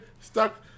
stuck